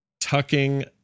tucking